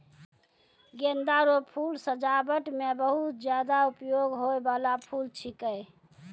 गेंदा रो फूल सजाबट मे बहुत ज्यादा उपयोग होय बाला फूल छिकै